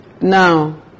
Now